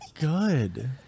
Good